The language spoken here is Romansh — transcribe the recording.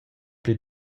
pli